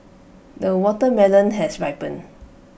the watermelon has ripened